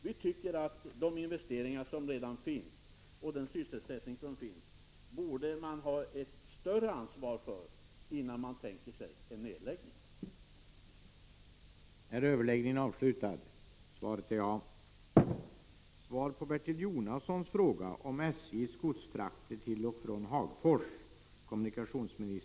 Jag tycker att man beträffande de investeringar som har gjorts och den sysselsättning som finns borde ta ett större ansvar innan man tänker sig en nedläggning.